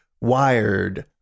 Wired